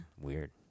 Weird